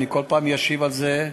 אני בכל פעם אשיב על זה,